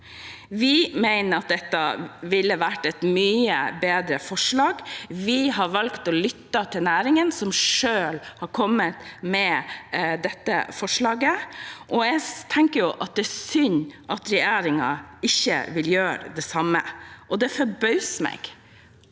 Vi mener at dette ville vært et mye bedre forslag. Vi har valgt å lytte til næringen, som selv har kommet med dette forslaget. Jeg tenker at det er synd at regjeringen ikke vil gjøre det samme, og det forbauser meg.